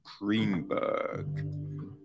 Greenberg